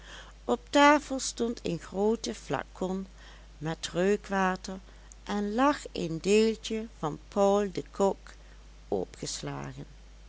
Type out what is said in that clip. op tafel stond een groote flacon met reukwater en lag een deeltje van paul de kock opgeslagen